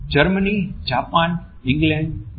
Germany Japan England you